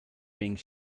being